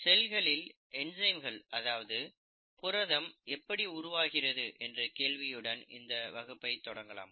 செல்களில் என்சைம்கள் அதாவது புரதம் எப்படி உருவாகிறது என்ற கேள்வியுடன் இந்த வகுப்பை தொடங்கலாம்